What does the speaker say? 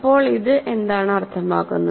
ഇപ്പോൾ ഇത് എന്താണ് അർത്ഥമാക്കുന്നത്